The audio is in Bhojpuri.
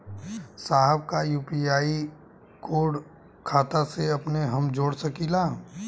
साहब का यू.पी.आई कोड खाता से अपने हम जोड़ सकेला?